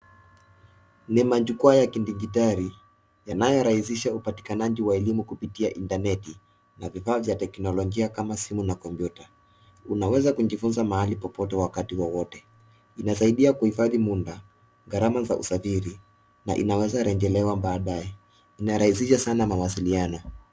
Ni Majukuwa ya kidigitali yanaorahishisha upatikanaji wa elimu kupitia internet na vifaa vya teknolojia kama simu na kompyuta. Unaweza kujifunza mahali popote wakati wowote. Inasaidia uhifadi mumba, karama kusafiri na inaweza kurejelewa baadaye inarahishisha sana mawaziliano.